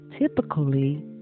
Typically